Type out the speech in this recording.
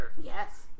Yes